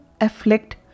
afflict